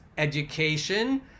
education